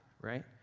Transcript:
right